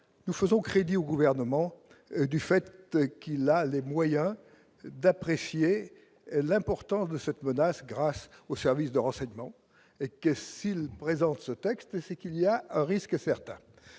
nous faisons crédit au gouvernement du fait qu'il a les moyens d'apprécier l'importance de cette menace, grâce aux services de renseignement et que s'il présente ce texte ce qu'il y a un risque certain